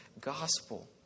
gospel